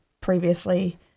previously